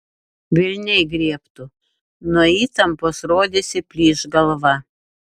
velniai griebtų nuo įtampos rodėsi plyš galva